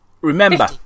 Remember